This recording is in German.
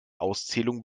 auszählung